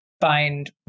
find